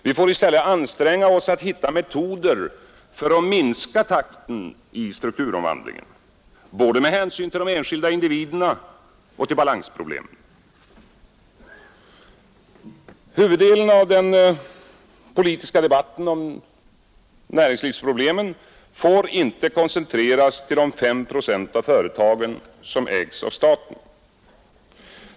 Vi får i stället anstränga oss att hitta metoder för att minska takten i strukturomvandlingen med hänsyn till både de enskilda individerna och balansproblemen. Huvuddelen av den politiska debatten om näringslivsproblemen får inte koncentreras till de fem procent av företagen som ägs av staten.